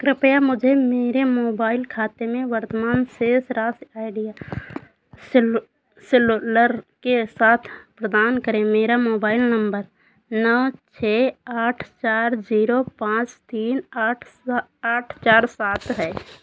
कृप्या मुझे मेरे मोबाइल खाते में वर्तमान शेष राशि आइडिया सेलु सेल्युलर के साथ प्रदान करें मेरा मोबाइल नंबर नौ छः आठ चार जीरो पाँच तीन आठ सा आठ चार सात है